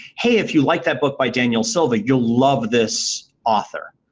hey, if you like that book by daniel silva, you'll love this author,